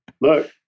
look